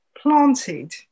planted